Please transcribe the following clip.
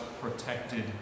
protected